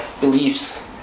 beliefs